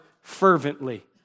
fervently